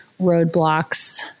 roadblocks